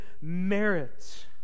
merit